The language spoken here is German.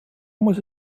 muss